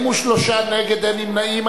43 נגד, אין נמנעים.